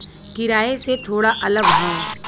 किराए से थोड़ा अलग हौ